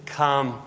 come